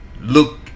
look